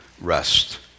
rest